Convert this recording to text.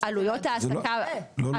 עליות העסקה --- לא,